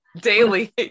daily